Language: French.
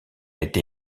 été